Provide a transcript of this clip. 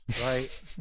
right